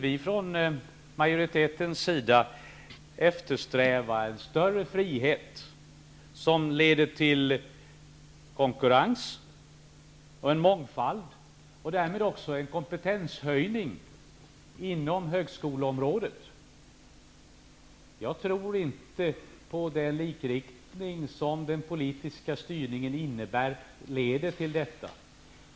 Vi från majoritetens sida eftersträvar i stället en större frihet som leder till konkurrens och mångfald och därmed också kompetenshöjning inom högskoleområdet. Jag tror inte att den likriktning som den politiska styrningen innebär leder till detta.